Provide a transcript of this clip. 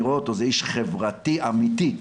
הוא איש חברתי אמיתי,